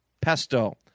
pesto